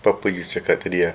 apa-apa you cakap tadi ah